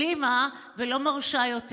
העלימה ולא מרשה יותר.